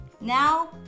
Now